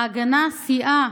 ההגנה סייעה